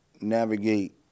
navigate